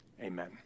Amen